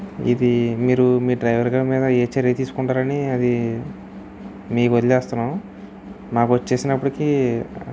ఇది మీరు మీ డ్రైవర్ గారు మీద ఏ చర్య తీసుకుంటారని అది మీకు వదిలేస్తున్నాం మాకు వచ్చేసినప్పటికీ